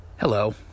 Hello